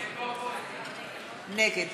נגד